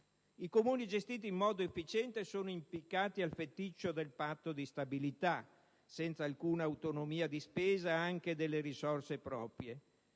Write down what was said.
I Comuni gestiti in modo efficiente sono impiccati al feticcio del patto di stabilità, senza alcuna autonomia di spesa anche delle risorse proprie.